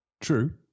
True